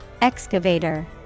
Excavator